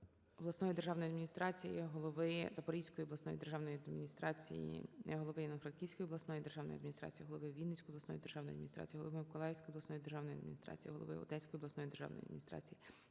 обласної державної адміністрації, голови Запорізької обласної державної адміністрації, голови Івано-Франківської обласної державної адміністрації, голови Вінницької обласної державної адміністрації, голови Миколаївської обласної державної адміністрації, голови Одеської обласної державної адміністрації,